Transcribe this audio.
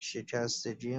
شکستگی